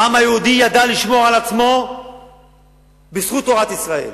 העם היהודי ידע לשמור על עצמו בזכות תורת ישראל.